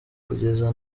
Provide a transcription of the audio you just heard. kugeza